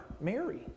Mary